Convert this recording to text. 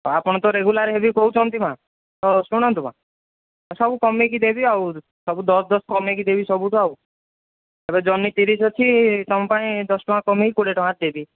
ଆପଣ ତ ରେଗୁଲାର୍ ହେବି କହୁଛନ୍ତି ମାଆ ହଉ ଶୁଣନ୍ତୁ ମାଁ ସବୁ କମାଇକି ଦେବି ଆଉ ସବୁ ଦଶ ଦଶ କମାଇକି ଦେବି ସବୁଠୁ ଆଉ ଏବେ ଜହ୍ନି ତିରିଶ ଅଛି ତମ ପାଇଁ ଦଶ ଟଙ୍କା କମାଇକି କୋଡ଼ିଏ ଟଙ୍କାରେ ଦେବି